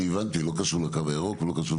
הבנתי, לא קשור לקו הירוק.